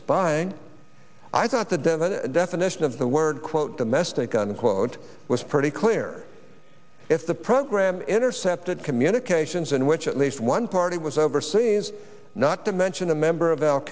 spying i thought the devotee definition of the word quote domestic unquote was pretty clear if the program intercepted communications in which at least one party was overseas not to mention a member of